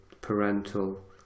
parental